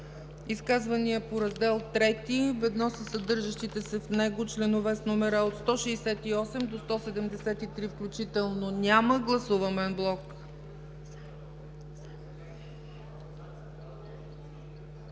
Изказвания по Раздел ІІІ, ведно със съдържащите се в него членове с номера от 168 до 173 включително? Няма. Гласуваме анблок.